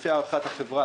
שלפי הערכת החברה,